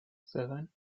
seven